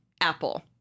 Apple